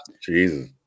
Jesus